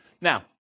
Now